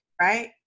right